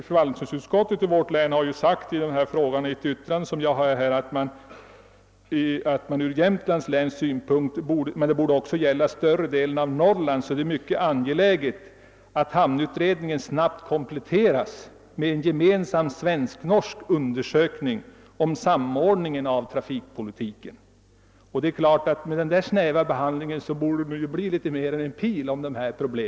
Förvaltningsutskottet i mitt län har i ett yttrande som jag har här sagt att det från Jämtlands läns synpunkt — men det borde också gälla större delen av Norrland — är angeläget att hamnutredningen snabbt kompletteras med en gemensam svensk-norsk undersökning om samordning av trafikpolitiken. Det borde bli litet mera än en pil om dessa problem.